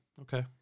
Okay